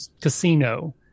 Casino